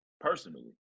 personally